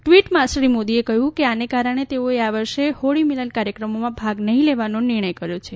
ટ્વીટમાં શ્રી મોદીએ કહ્યું કે આને કારણે તેઓએ આ વર્ષે હોળી મિલન કાર્યક્રમોમાં ભાગ નહીં લેવાનો નિર્ણય કર્યો છે